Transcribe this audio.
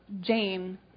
Jane